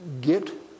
get